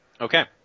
Okay